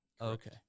Okay